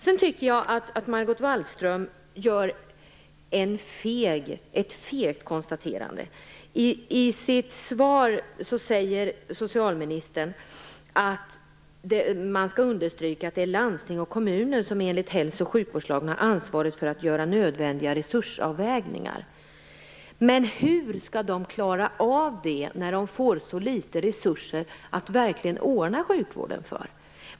Jag tycker att Margot Wallström gör ett fegt konstaterande. I sitt svar säger socialministern att man skall understryka att det är landsting och kommuner som enligt hälso och sjukvårdslagen har ansvaret för att göra nödvändiga resursavvägningar. Hur skall de klara av det när de får så litet resurser att verkligen ordna sjukvården för?